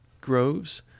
groves